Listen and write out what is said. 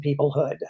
peoplehood